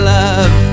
love